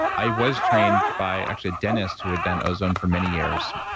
i was trained by actually a dentist who had done ozone for many years,